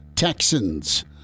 Texans